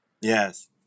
yes